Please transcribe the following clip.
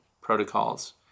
protocols